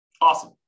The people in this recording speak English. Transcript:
Awesome